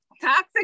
Toxic